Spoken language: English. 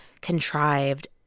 contrived